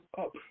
up